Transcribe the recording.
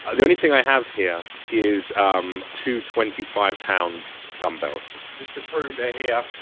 ah the only thing i have here is um two twenty five pound dumbbells just to prove that here